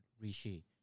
Rishi